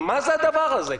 מה זה הדבר הזה?